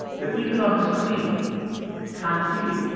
the people on the screen can't see you.